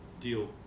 deal